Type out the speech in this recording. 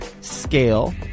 scale